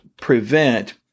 prevent